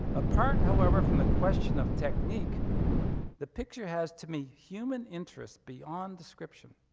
apart, however, from the question of technique the picture has, to me, human interest beyond description.